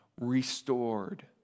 restored